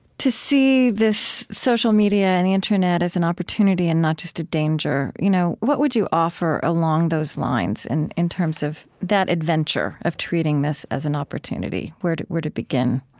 see this social media and the internet as an opportunity and not just a danger. you know what would you offer along those lines in in terms of that adventure, of treating this as an opportunity, where to where to begin?